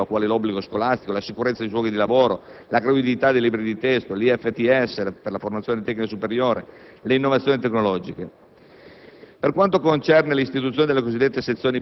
per ambiti di intervento che qualificano l'offerta formativa, quali: l'obbligo scolastico, la sicurezza sui luoghi di lavoro, la gratuità dei libri di testo, l'IFTS (il sistema di istruzione e formazione tecnica superiore) e le innovazioni tecnologiche.